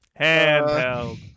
handheld